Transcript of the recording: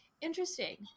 Interesting